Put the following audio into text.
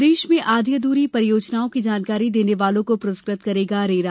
प्रदेश में आधी अधूरी परियोजनाओं की जानकारी देने वालों को पुरस्कृत करेगा रेरा